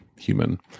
human